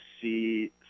see